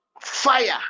fire